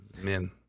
men